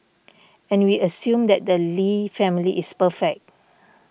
and we assume that the Lee family is perfect